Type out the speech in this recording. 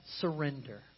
surrender